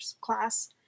class